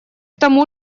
тому